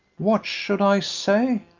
what should i say?